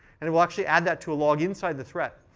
and it will actually add that to a log inside the threat.